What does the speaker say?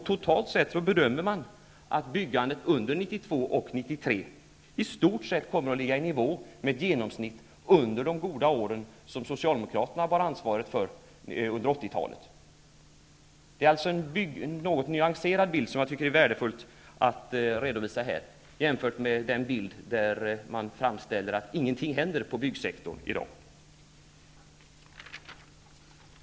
Totalt sett bedömer man att byggandet under 1992 och 1993 i stort sett kommer att ligga i nivå med genomsnittet under de goda åren, som socialdemokraterna bar ansvaret för under 80-talet. Det är alltså en något nyanserad bild, som det är värdefullt att redovisa här, jämfört med den bild där det framställs så att ingenting händer på byggsektorn i dag.